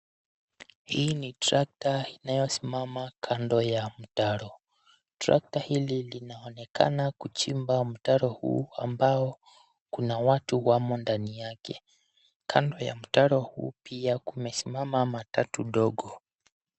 Hii ni trekta inayosimama kando ya mtaro. Trekta hili linaonenaka kuchimba mtaro huu ambao kuna watu wamo ndani yake. Kando ya mtaro huu pia kumesimama matatu ndogo.